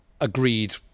agreed